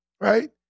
Right